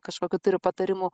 kažkokių turi patarimų